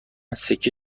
سکه